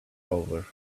over